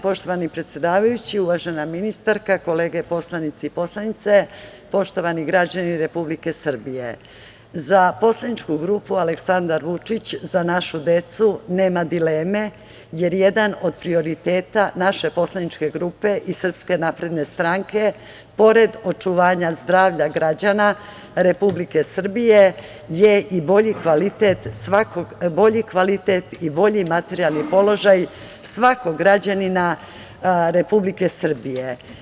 Poštovani predsedavajući, uvažena ministarka, kolege poslanici i poslanice, poštovani građani Republike Srbije, za poslaničku grupu Aleksandar Vučić – Za našu decu nema dileme, jer jedan od prioriteta naše poslaničke grupe i SNS, pored očuvanja zdravlja građana Republike Srbije je i bolji kvalitet i bolji materijalni položaj svakog građanina Republike Srbije.